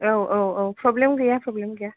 औ औ औ प्रब्लेम गैया प्रब्लेम गैया